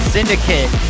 Syndicate